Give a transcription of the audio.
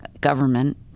government